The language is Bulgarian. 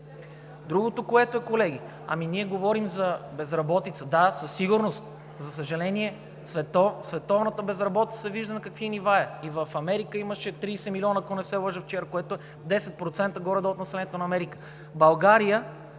Другото, което е, колеги, ами ние говорим за безработица. Да, със сигурност, за съжаление, световната безработица виждаме на какви нива е – и в Америка имаше 30 милиона, ако не се лъжа вчера, което е 10% горе-долу от населението на Америка. България